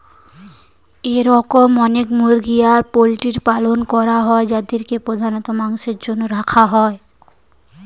এরম অনেক মুরগি আর পোল্ট্রির পালন করা হয় যাদেরকে প্রধানত মাংসের জন্য রাখা হয়